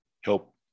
help